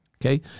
Okay